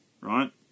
right